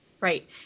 Right